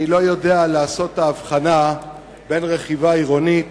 אני לא יודע לעשות את ההבחנה בין רכיבה עירונית,